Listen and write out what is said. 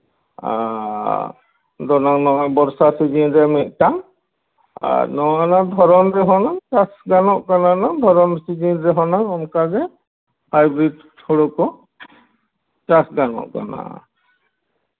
ᱟᱨ ᱫᱷᱚᱨᱚ ᱱᱚᱣᱟ ᱵᱚᱨᱥᱟ ᱥᱤᱡᱤᱱᱨᱮ ᱢᱤᱫᱴᱟᱝ ᱟᱨ ᱱᱚᱜᱼᱚ ᱱᱚᱣᱟ ᱫᱷᱚᱨᱚᱱ ᱨᱮᱦᱚᱱᱟᱝ ᱪᱟᱥ ᱜᱟᱱᱚᱜ ᱠᱟᱱᱟ ᱱᱟᱝ ᱫᱷᱚᱨᱚᱱ ᱥᱤᱡᱤᱱ ᱨᱮᱦᱚᱸ ᱚᱱᱠᱟᱜᱮ ᱦᱟᱭᱵᱨᱤᱴ ᱦᱩᱲᱩ ᱠᱚ ᱪᱟᱥ ᱜᱟᱱᱚᱜ ᱠᱟᱱᱟ